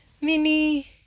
mini